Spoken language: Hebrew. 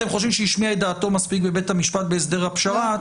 אתם חושבים שהשמיע את דעתו מספיק בבית המשפט בהסדר הפשרה,